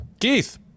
Keith